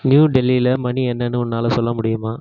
new டெல்லியில மணி என்னென்னு உன்னால் சொல்ல முடியுமா